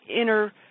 inner